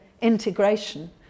integration